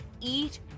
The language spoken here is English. eat